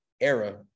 era